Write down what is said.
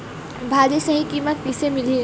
भाजी सही कीमत कइसे मिलही?